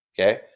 okay